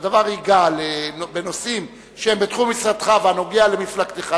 והדבר ייגע בנושאים שהם בתחום משרדך ונוגעים למפלגתך,